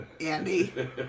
Andy